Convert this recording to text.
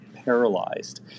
Paralyzed